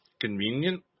Convenient